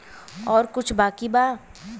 और कुछ बाकी बा?